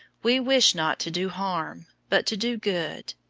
we wish not to do harm, but to do good.